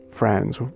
friends